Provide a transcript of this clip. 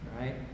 right